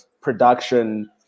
production